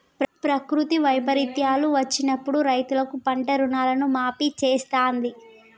ప్రకృతి వైపరీత్యాలు వచ్చినప్పుడు రైతులకు పంట రుణాలను మాఫీ చేస్తాంది